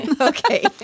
Okay